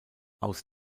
aus